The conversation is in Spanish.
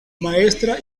maestra